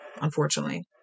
unfortunately